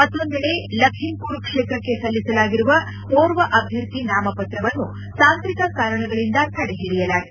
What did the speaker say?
ಮತ್ತೊಂದೆಡೆ ಲಖಿಂಪುರ ಕ್ಷೇತ್ರಕ್ಕೆ ಸಲ್ಲಿಸಲಾಗಿರುವ ಓರ್ವ ಅಭ್ಯರ್ಥಿ ನಾಮಪ್ರವನ್ನು ತಾಂತ್ರಿಕ ಕಾರಣಗಳಿಂದ ತಡೆ ಓಡಿಯಲಾಗಿದೆ